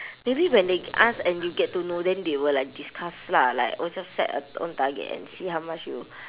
maybe when they ask and you get to know then they will like discuss lah like own self set a own target and see how much you